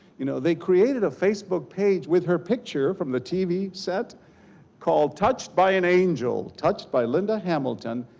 you know they created a facebook page with her picture from the tv set called touched by an angel, touched by linda hamilton.